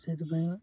ସେଥିପାଇଁ